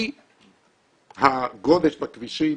כי הגודש בכבישים